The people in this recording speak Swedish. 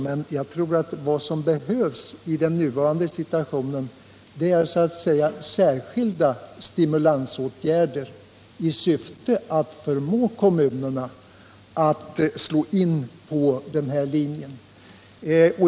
Men vad som behövs i den nuvarande situationen är särskilda stimulansåtgärder i syfte att förmå kommunerna att slå in på den här linjen.